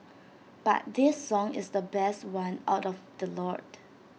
but this song is the best one out of the lot